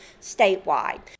statewide